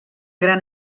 gran